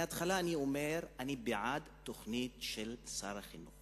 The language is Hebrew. מההתחלה אני אומר, אני בעד התוכנית של שר החינוך